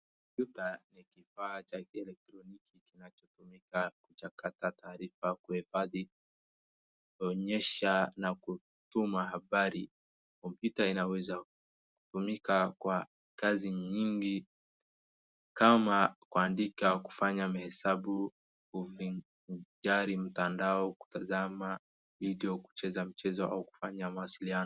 Kompyuta ni kifaa cha kielektroniki kinachotumika kuchakata taarifa, kuifadhi, kuonyesha na kutuma habari. Kompyuta inaweza tumika kwa kazi nyingi kama kuandika, kufanya mahesabu, kuvijari mtandao, kutazama video , kucheza mchezo au kufanya mawasiliano.